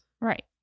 Right